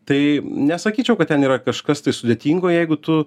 tai nesakyčiau kad ten yra kažkas tai sudėtingo jeigu tu